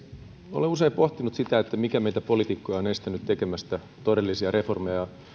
olen usein pohtinut sitä mikä meitä poliitikkoja on estänyt tekemästä todellisia reformeja